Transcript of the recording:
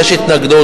ויש התנגדות.